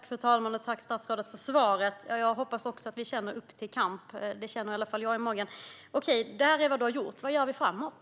Fru talman! Tack, statsrådet, för svaret! Jag hoppas att vi känner upp till kamp! Det känner i alla fall jag i magen. Okej, Alice Bah Kuhnke, det här är vad du har gjort. Vad gör vi framåt?